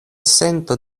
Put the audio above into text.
sento